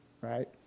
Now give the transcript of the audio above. right